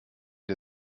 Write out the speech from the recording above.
der